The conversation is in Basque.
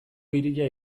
hiria